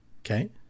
okay